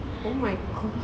oh my god